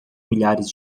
milhares